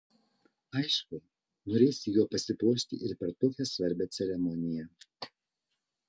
aišku norėsi juo pasipuošti ir per tokią svarbią ceremoniją